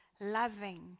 loving